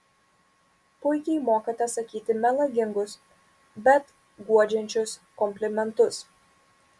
puikiai mokate sakyti melagingus bet guodžiančius komplimentus